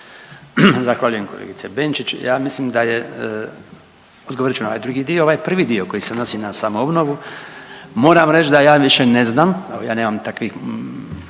Zahvaljujem kolegice Benčić. Ja mislim da je, odgovorit ću na ovaj drugi dio, ovaj prvi dio koji se odnosi na samoobnovu moram reć da ja više ne znam, evo ja nemam takvih